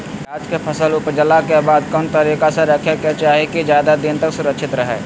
प्याज के फसल ऊपजला के बाद कौन तरीका से रखे के चाही की ज्यादा दिन तक सुरक्षित रहय?